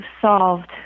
solved